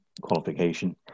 qualification